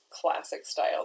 classic-style